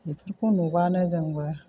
बेफोरखौ नुबानो जोंबो